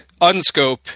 unscope-